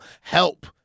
help